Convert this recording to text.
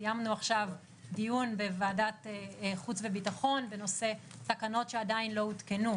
סיימנו עכשיו דיון בוועדת חוץ וביטחון בנושא תקנות שעדיין לא הותקנו.